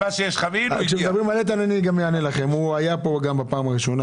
הוא היה כאן גם בפעם הראשונה,